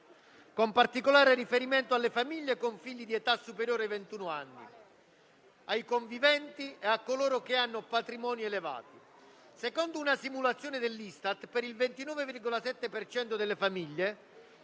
con particolare riferimento alle famiglie con figli di età superiore ai ventuno anni, ai conviventi e a coloro che hanno patrimoni elevati. Secondo una simulazione dell'Istat, per il 29,7 per cento delle famiglie